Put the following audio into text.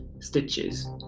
stitches